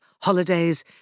holidays